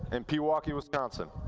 and pewaukee, wisconsin.